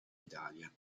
italia